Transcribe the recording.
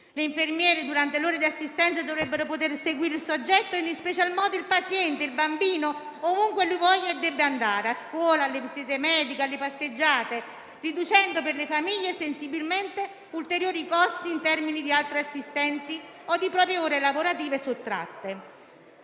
Le infermiere durante le ore di assistenza dovrebbero poter seguire il soggetto e, in special modo, il paziente, il bambino, ovunque lui voglia e debba andare - a scuola, alle visite mediche o a fare passeggiate - riducendo per le famiglie sensibilmente ulteriori costi in termini di altri assistenti o di proprie ore lavorative sottratte.